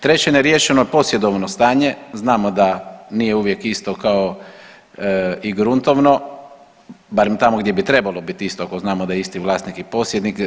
Treće, neriješeno posjedovno stanje, znamo da nije uvijek isto kao i gruntovno, barem tamo gdje bi trebalo biti isto ako znamo da je isti vlasnik i posjednik.